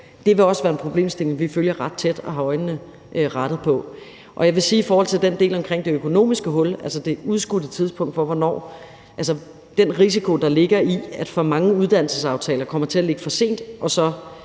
Det vil også være en problemstilling, vi vil følge tæt og have øjnene rettet på. Og jeg vil sige i forhold til den del omkring det økonomiske hul, altså det udskudte tidspunkt for hvornår, altså den risiko, der ligger i, at for mange uddannelsesaftaler kommer til at ligge for sent, og at